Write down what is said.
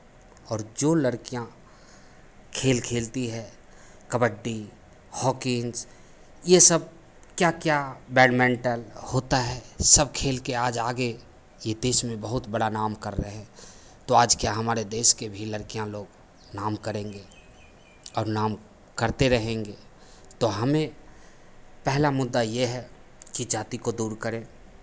और जो लड़कियां खेल खेलती है कबड्डी हॉकी ये सब क्या क्या बैडमिंटन होता है सब खेल के आज आगे ये देश में बहुत बड़ा नाम कर रहे हैं तो आज क्या हमारे देश की भी लड़कियां लोग नाम करेंगे और नाम करते रहेंगे तो हमें पहला मुद्दा ये है कि जाति को दूर करें